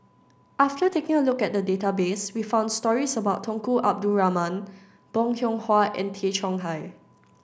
after taking a look at the database we found stories about Tunku Abdul Rahman Bong Hiong Hwa and Tay Chong Hai